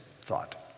thought